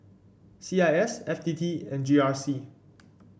C I S F T T and G R C